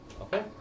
Okay